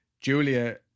Julia